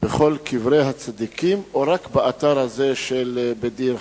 בכל קברי הצדיקים או רק באתר הזה בכפר-כנא?